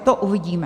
To uvidíme.